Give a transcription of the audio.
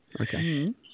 Okay